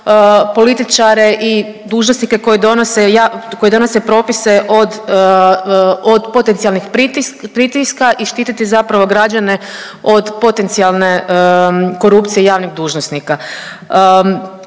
političare i dužnosnike koji donose propise od potencijalnih pritiska i štititi zapravo građane od potencijalne korupcije javnih dužnosnika.